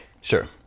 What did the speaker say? Sure